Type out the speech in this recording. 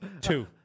Two